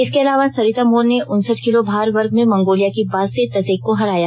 इसके अलावा सरिता मोर ने उनसठ किलोभार वर्ग में मेंगोलिया की बातसे तसेग को हराया